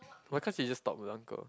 why can't he just stop the uncle